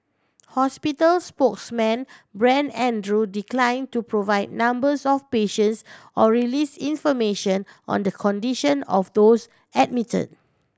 hospital spokesman Brent Andrew decline to provide numbers of patients or release information on the condition of those admit